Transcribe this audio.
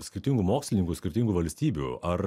skirtingų mokslininkų skirtingų valstybių ar